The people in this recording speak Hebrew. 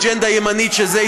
לא, לא, לא.